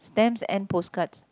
stamps and postcards